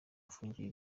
afungiye